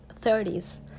30s